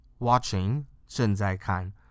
watching正在看